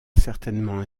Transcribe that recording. certainement